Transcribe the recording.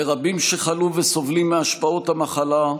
לרבים שחלו וסובלים מהשפעות המחלה,